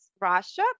russia